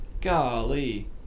Golly